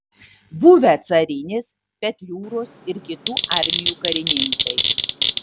buvę carinės petliūros ir kitų armijų karininkai